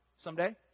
someday